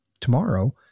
tomorrow